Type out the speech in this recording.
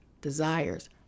desires